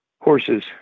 horse's